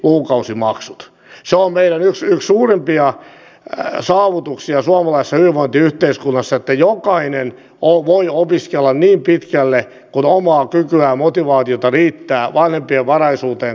se on yksi meidän suurimpia saavutuksia suomalaisessa hyvinvointiyhteiskunnassa että jokainen voi opiskella niin pitkälle kuin omaa kykyä ja motivaatiota riittää vanhempien varallisuuteen katsomatta